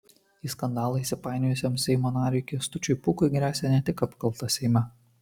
į skandalą įsipainiojusiam seimo nariui kęstučiui pūkui gresia ne tik apkalta seime